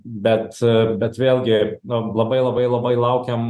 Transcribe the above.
bet bet vėlgi nu labai labai labai laukiam